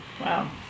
wow